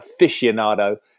aficionado